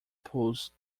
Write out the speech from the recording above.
pulse